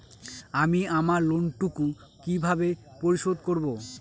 আমি আমার লোন টুকু কিভাবে পরিশোধ করব?